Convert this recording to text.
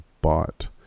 bought